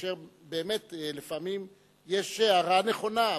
כאשר באמת לפעמים יש הערה נכונה,